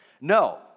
No